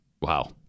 Wow